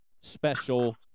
special